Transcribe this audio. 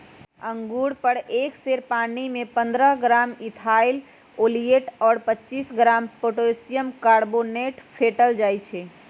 अंगुर पर एक सेर पानीमे पंडह ग्राम इथाइल ओलियट और पच्चीस ग्राम पोटेशियम कार्बोनेट फेटल जाई छै